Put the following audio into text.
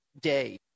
day